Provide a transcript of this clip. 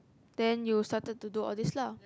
then you started to do all these lah